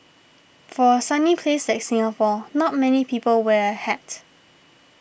for a sunny place like Singapore not many people wear a hat